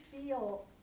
feel